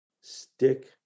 Stick